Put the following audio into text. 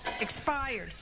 Expired